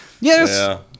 Yes